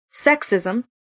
sexism